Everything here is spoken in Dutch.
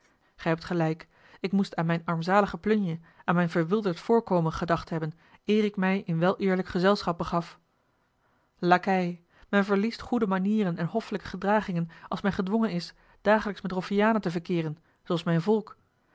gij hebt gelijk ik moest aan mijne armzalige plunje aan mijn verwilderd voorkomen gedacht hebben eer ik mij in weleerlijk gezelschap begaf lacij men verliest goede manieren en hoffelijke gedragingen als men gedwongen is dagelijks met roffianen te verkeeren zooals mijn volk